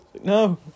no